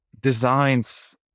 designs